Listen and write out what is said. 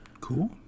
Cool